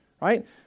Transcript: right